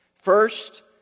First